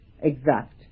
exact